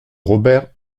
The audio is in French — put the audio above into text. robert